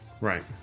right